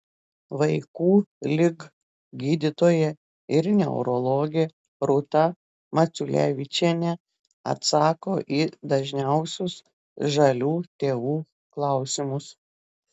vaikų lig gydytoja ir neurologė rūta maciulevičienė atsako į dažniausius žalių tėvų klausimus